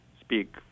speak